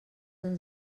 ens